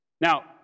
Now